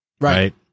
right